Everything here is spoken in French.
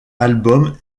album